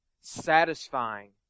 satisfying